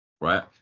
right